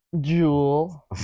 Jewel